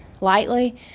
lightly